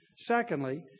Secondly